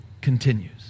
continues